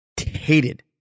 hated